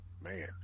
Man